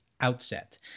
outset